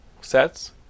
sets